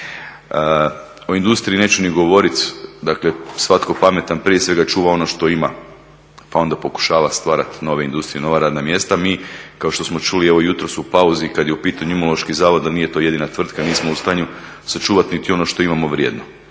O industriji neću ni govoriti, dakle svatko pametan prije svega čuva ono što ima, pa onda pokušava stvarati nove industrije, nova radna mjesta. Mi kao što smo čuli evo jutros u pauzi kada je u pitanju Imunološki zavod a nije to jedina tvrtka, nismo u stanju sačuvati niti ono što imamo vrijedno.